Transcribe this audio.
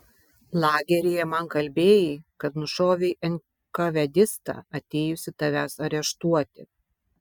lageryje man kalbėjai kad nušovei enkavedistą atėjusį tavęs areštuoti